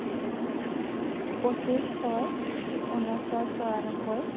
পঁচিছ ছয় ঊনৈছশ চৌৰান্নবৈ